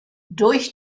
durch